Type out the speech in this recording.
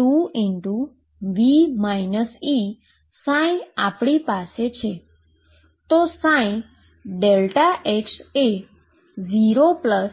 2V E આપણી પાસે છે તો ψΔx એ 00Δx થશે